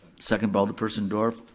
seconded by alderperson dorff,